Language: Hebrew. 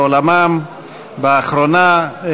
לעולמם באחרונה: